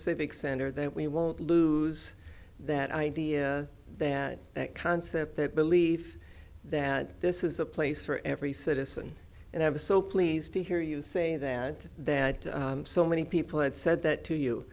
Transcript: civic center that we won't lose that idea that that concept that belief that this is the place for every citizen and i was so pleased to hear you say that that so many people had said that to you